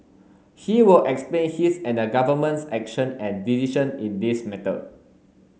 he will explain his and the government's action and decision in this matter